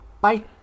Bye